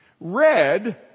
Red